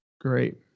Great